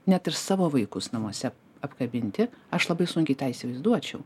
net ir savo vaikus namuose apkabinti aš labai sunkiai tą įsivaizduočiau